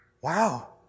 Wow